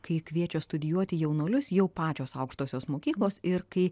kai kviečia studijuoti jaunuolius jau pačios aukštosios mokyklos ir kai